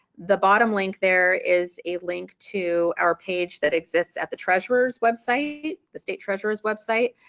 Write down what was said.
the bottom link there is a link to our page that exists at the treasurer's website, the state treasurer's website,